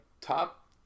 top